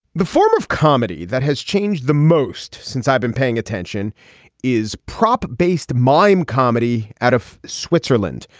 the form of comedy that has changed the most since i've been paying attention is proper based mime comedy out of switzerland.